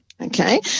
Okay